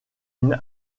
une